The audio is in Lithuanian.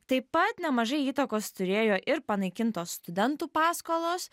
taip pat nemažai įtakos turėjo ir panaikintos studentų paskolos